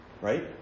Right